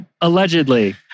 Allegedly